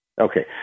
Okay